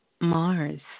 Mars